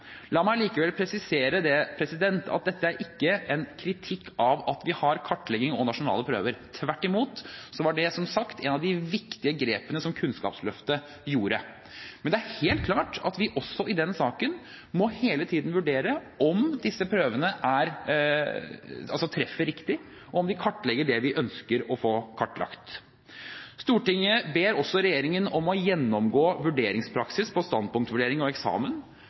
La meg likevel presisere at dette ikke er en kritikk av at vi har kartlegging og nasjonale prøver. Tvert imot var det, som sagt, et av de viktige grepene som Kunnskapsløftet tok. Men det er helt klart at vi også i den saken hele tiden må vurdere om disse prøvene treffer riktig, om de kartlegger det vi ønsker å få kartlagt. Stortinget ber også regjeringen om å gjennomgå vurderingspraksis på standpunktvurdering og eksamen.